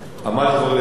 עמד כבר לדין?